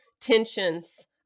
tensions